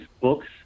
books